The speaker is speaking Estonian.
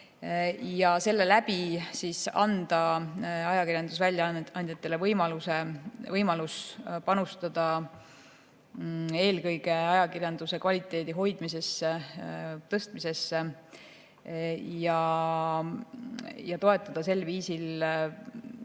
ja selle abil anda ajakirjanduse väljaandjatele võimalus panustada eelkõige ajakirjanduse kvaliteedi hoidmisesse ja tõstmisesse. Sel viisil